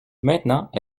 maintenant